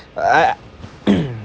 I